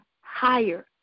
higher